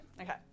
Okay